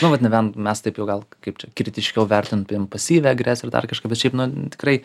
nu vat nebent mes taip jau gal kaip čia kritiškiau vertin pasyvią agresiją ar dar kažką bet šiaip na tikrai